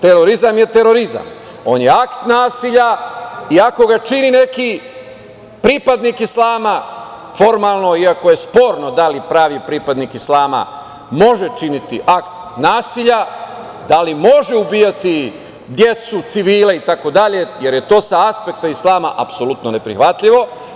Terorizam je terorizam, on je akt nasilja i ako ga čini neki pripadnik islama, formalno, iako je sporno da li pravi pripadnik islama može činiti akt nasilja, da li može ubijati decu, civile i tako dalje, jer je to sa aspekta islama apsolutno ne prihvatljivo.